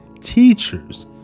teachers